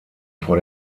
vor